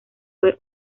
fue